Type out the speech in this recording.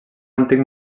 antic